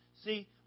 See